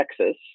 Texas